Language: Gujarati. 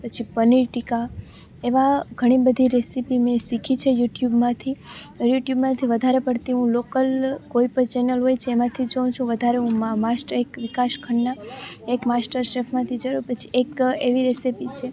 પછી પનીર ટીક્કા એવાં ઘણી બધી રેસીપી મેં શીખી છે યુટ્યુબમાંથી યુટ્યુબમાંથી વધારે પડતી હું લોકલ કોઈ પણ ચેનલ હોય છે એમાંથી જોઉં છું વધારે હું માસ્ટર એક વિકાસ ખન્ના એક માસ્ટર શેફમાંથી જોયું પછી એક એવી રેસીપી છે